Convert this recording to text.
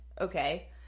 okay